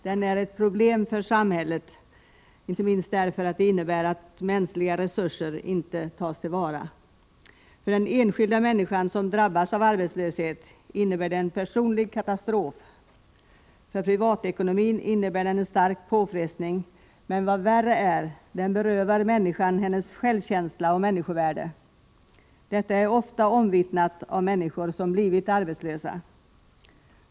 Den är ett problem för samhället —- inte minst därför att den innebär att mänskliga resurser inte tas till vara. För den enskilda människan som drabbas av arbetslöshet innebär det en personlig katastrof. För privatekonomin innebär den en stark påfrestning — men vad värre är: den berövar människan hennes självkänsla och människovärde. Detta är ofta omvittnat av människor som blivit arbetslösa.